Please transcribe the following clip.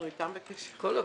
אנחנו אתם בקשר כל הזמן.